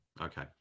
Okay